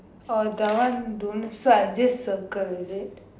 oh the one don't so I just circle is it